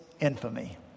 infamy